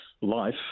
life